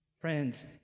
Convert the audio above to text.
Friends